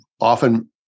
often